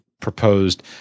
proposed